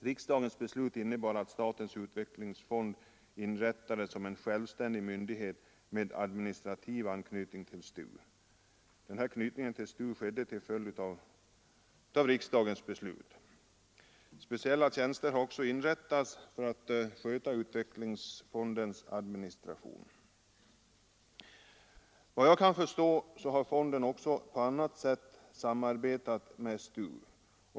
Riksdagens beslut innebar att statens utvecklingsfond inrättades som en självständig myndighet med administrativ anknytning till STU — det var det senare som skilde utskottsmajoritet och reservanter åt. Denna anknytning till STU skedde till följd av riksdagens beslut. Speciella tjänster har också inrättats för att sköta utvecklingsfondens administration. Efter vad jag kan förstå har fonden också på annat sätt samarbetat med STU.